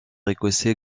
écossais